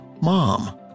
mom